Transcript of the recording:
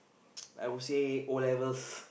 uh I would said O-levels